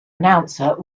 announcer